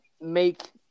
make